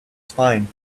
spine